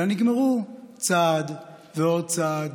אלא נגמרו צעד אחר צעד: